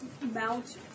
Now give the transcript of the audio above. mount